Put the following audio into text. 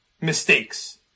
mistakes